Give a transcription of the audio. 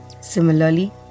Similarly